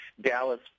Dallas